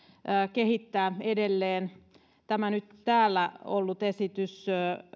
kehittää edelleen tämä nyt täällä ollut esitys